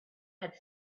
had